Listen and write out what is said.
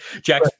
Jack